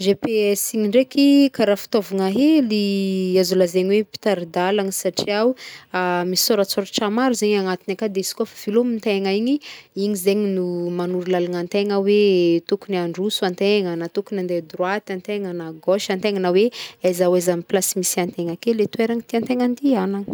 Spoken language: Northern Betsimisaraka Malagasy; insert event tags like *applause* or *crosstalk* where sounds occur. GPS igny ndraiky, karaha fitaovagna hely, azo lazainy hoe mpitaridalana satria o, *hesitation* misy sôratsôratra maro zegny agnatiny aka, de igny zegny manoro lalagna antegna hoe *hesitation* tokony handroso antegna, na tokony ande droite antegna na a gauche antegna na hoe aiza ho aiza amy place misy antegna ake le toerana tiantegna andihanana.